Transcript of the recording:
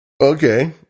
okay